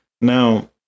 Now